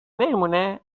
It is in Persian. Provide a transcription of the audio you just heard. نمیمونه